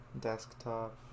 Desktop